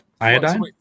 Iodine